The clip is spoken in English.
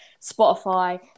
spotify